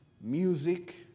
music